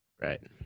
right